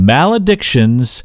Maledictions